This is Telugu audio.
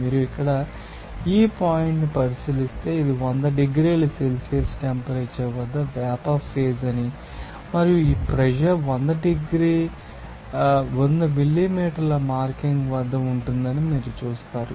మీరు ఇక్కడ E పాయింట్ను పరిశీలిస్తే ఇది 100 డిగ్రీల సెల్సియస్ టెంపరేచర్ వద్ద వేపర్ ఫేజ్ అని మరియు ప్రెషర్ 100 మిల్లీమీటర్ మార్కింగ్ వద్ద ఉంటుందని మీరు చూస్తారు